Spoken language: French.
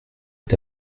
est